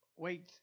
Wait